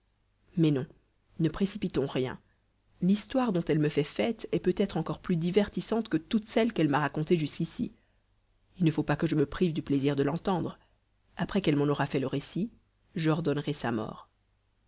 mais non ne précipitons rien l'histoire dont elle me fait fête est peut-être encore plus divertissante que toutes celles qu'elle m'a racontées jusqu'ici il ne faut pas que je me prive du plaisir de l'entendre après qu'elle m'en aura fait le récit j'ordonnerai sa mort